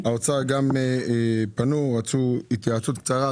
גם האוצר פנו ורצו התייעצות קצרה,